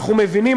אנחנו מבינים,